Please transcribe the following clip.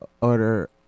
order